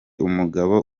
umugabo